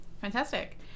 Fantastic